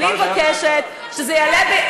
אני מבקשת שזה יעלה,